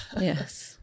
Yes